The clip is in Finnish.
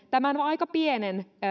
tämän aika pienen